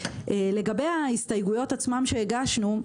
לגבי ההסתייגויות עצמן שהגשנו,